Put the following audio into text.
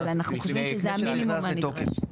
אבל אנחנו חושבים שזה המינימום הנדרש.